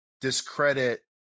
discredit